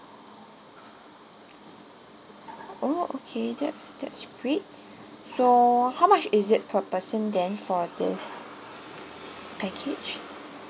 oh okay that's that's great so how much is it per person then for this package